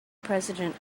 president